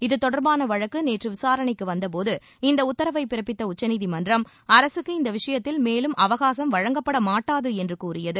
இது தொடர்பான வழக்கு நேற்று விசாரணைக்கு வந்தபோது இந்த உத்தரவை பிறப்பித்த உச்சநீதிமன்றம் அரசுக்கு இந்த விஷயத்தில் மேலும் அவகாசம் வழங்கப்படமாட்டாது என்று கூறியது